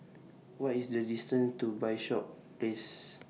What IS The distance to Bishops Place